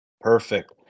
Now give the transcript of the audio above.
perfect